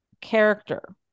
character